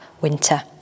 winter